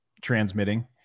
transmitting